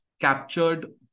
captured